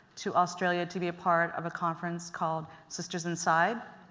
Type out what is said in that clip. to australia to be a part of a conference called, sisters inside.